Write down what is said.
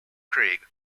craig